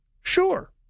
sure